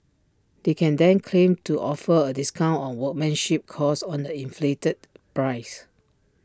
they can then claim to offer A discount on workmanship cost on the inflated price